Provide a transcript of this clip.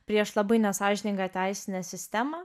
prieš labai nesąžiningą teisinę sistemą